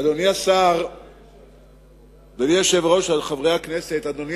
אדוני היושב-ראש, חברי הכנסת, אדוני